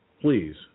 please